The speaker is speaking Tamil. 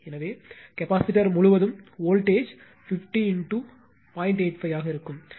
எனவே கெபாசிட்டர் முழுவதும் வோல்ட்டேஜ் 50 0